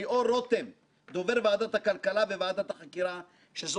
אין קץ ועל עבודה מקצועית מן המעלה הראשונה.